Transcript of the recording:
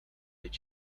did